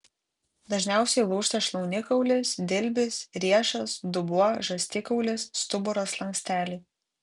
dažniausiai lūžta šlaunikaulis dilbis riešas dubuo žastikaulis stuburo slanksteliai